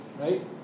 Right